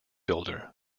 builder